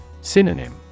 Synonym